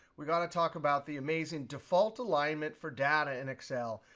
we got to talk about the amazing default alignment for data in excel.